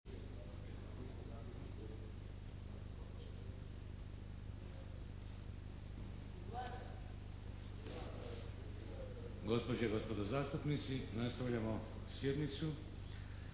Gospođe i gospodo zastupnici, nastavljamo sjednicu.